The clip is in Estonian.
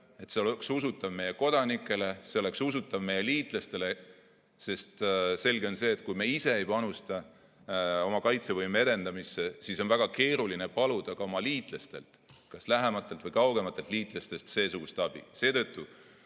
see oleks usutav meie kodanikele, see oleks usutav meie liitlastele. Sest selge on see, et kui me ise ei panusta oma kaitsevõime edendamisse, siis on väga keeruline paluda ka oma liitlastelt, kas lähematelt või kaugematelt liitlastelt, seesugust abi.